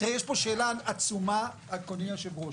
יש פה שאלה עצומה, אדוני היושב-ראש.